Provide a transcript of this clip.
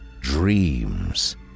dreams